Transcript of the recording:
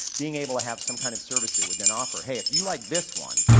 being able to have some kind of service that would then offer, hey if you like this one,